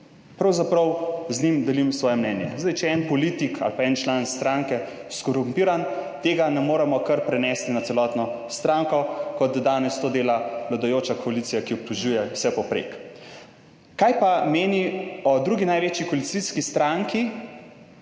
Pravzaprav z njim delim svoje mnenje. Zdaj, če je en politik ali pa en član stranke skorumpiran, tega ne moremo kar prenesti na celotno stranko, kot danes to dela vladajoča koalicija, ki obtožuje vse povprek. Kaj pa meni o drugi največji koalicijski stranki